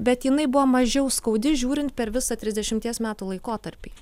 bet jinai buvo mažiau skaudi žiūrint per visą trisdešimties metų laikotarpį